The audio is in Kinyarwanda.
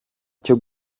cyo